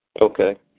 Okay